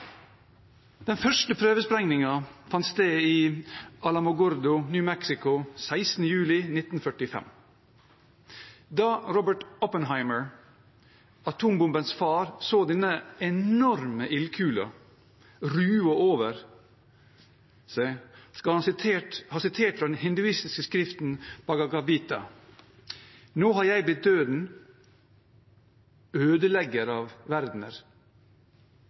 Den første prøvesprengningen fant sted i Alamogordo, New Mexico, 16. juli 1945. Da Robert Oppenheimer, atombombens far, så denne enorme ildkula ruve over seg, skal han ha sitert fra den hinduistiske skriften Bhagavadgita: «Nå har jeg blitt døden, ødelegger av verdener.»